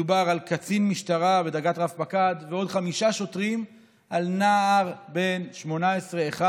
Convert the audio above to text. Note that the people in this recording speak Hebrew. מדובר על קצין משטרה בדרגת רב-פקד ועוד חמישה שוטרים על נער בן 18 אחד.